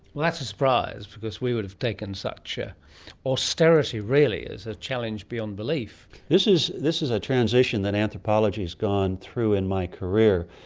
that's a surprise because we would have taken such yeah austerity really as a challenge beyond belief. this is this is a transition that anthropology has gone through in my career.